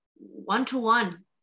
one-to-one